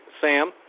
Sam